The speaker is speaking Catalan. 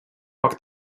poc